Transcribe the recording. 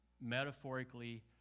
metaphorically